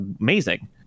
amazing